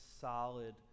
solid